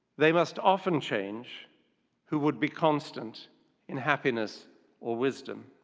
they must often change who would be constant in happiness or wisdom.